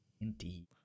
Indeed